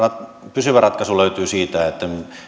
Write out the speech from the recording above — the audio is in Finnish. pysyvä ratkaisu löytyy siitä että